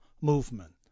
movement